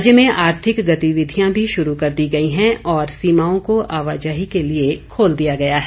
राज्य में आर्थिक गतिविधियां भी शुरू कर दी गई हैं और सीमाओं को आवाजाही के लिए खोल दिया गया है